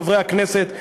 חברי הכנסת,